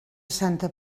santa